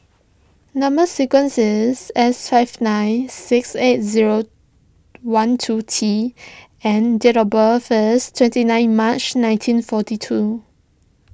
Number Sequence is S five nine six eight zero one two T and date of birth is twenty nine March nineteen forty two